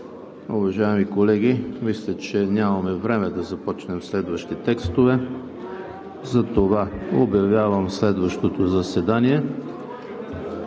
Уважаеми колеги, мисля, че нямаме време да започнем следващи текстове. Обявявам следващото редовно